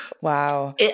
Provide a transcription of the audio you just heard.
Wow